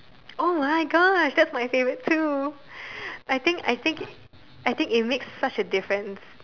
oh-my-Gosh that's my favourite too I think I think I think it makes such a difference